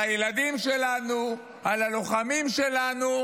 על הילדים שלנו, על הלוחמים שלנו,